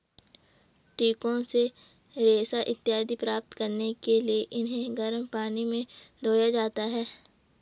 कीटों से रेशा इत्यादि प्राप्त करने के लिए उन्हें गर्म पानी में धोया जाता है